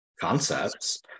concepts